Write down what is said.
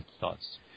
thoughts